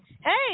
Hey